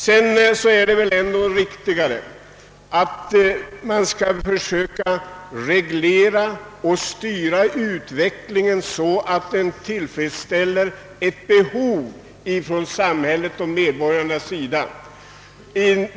Det är väl ändå riktigare att försöka reglera och styra utvecklingen så, att samhällets och medborgarnas behov blir tillfredsställda.